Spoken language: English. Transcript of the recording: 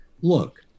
look